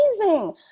amazing